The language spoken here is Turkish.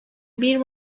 bir